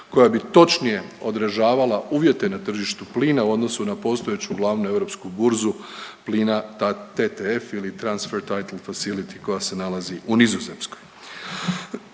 koja bi točnije odražavala uvjete na tržištu plina u odnosu na postojeću glavnu europsku burzu plina TTF ili transfer title facility koja se nalazi u Nizozemskoj.